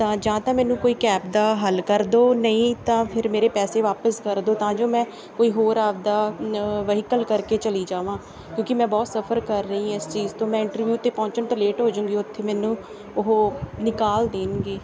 ਤਾਂ ਜਾਂ ਤਾਂ ਮੈਨੂੰ ਕੋਈ ਕੈਬ ਦਾ ਹੱਲ ਕਰ ਦਿਓ ਨਹੀਂ ਤਾਂ ਫਿਰ ਮੇਰੇ ਪੈਸੇ ਵਾਪਸ ਕਰ ਦਿਓ ਤਾਂ ਜੋ ਮੈਂ ਕੋਈ ਹੋਰ ਆਪਣਾ ਨ ਵਹੀਕਲ ਕਰਕੇ ਚਲੀ ਜਾਵਾਂ ਕਿਉਂਕਿ ਮੈਂ ਬਹੁਤ ਸਫ਼ਰ ਕਰ ਰਹੀ ਹਾਂ ਇਸ ਚੀਜ਼ ਤੋਂ ਮੈਂ ਇੰਟਰਵਿਊ 'ਤੇ ਪਹੁੰਚਣ 'ਤੇ ਲੇਟ ਹੋ ਜੂੰਗੀ ਉੱਥੇ ਮੈਨੂੰ ਉਹ ਨਿਕਾਲ ਦੇਣਗੇ